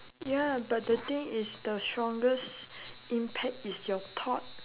ya but the thing is the strongest impact is your thought